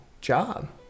job